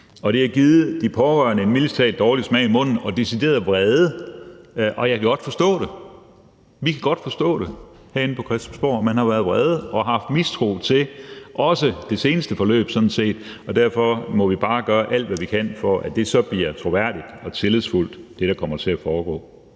talt givet de pårørende en dårlig smag i munden og en decideret vrede, og jeg kan godt forstå det. Vi kan godt forstå herinde på Christiansborg, at de har været vrede og har haft mistro til også det seneste forløb. Derfor må vi jo bare gøre alt, hvad vi kan, for at det, der kommer til at foregå,